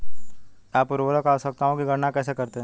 आप उर्वरक आवश्यकताओं की गणना कैसे करते हैं?